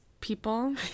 people